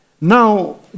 Now